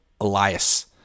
Elias